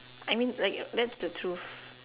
I mean like that's the truth